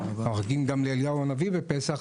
אנחנו מחכים גם לאליהו הנביא בפסח,